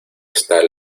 esta